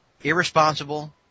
irresponsible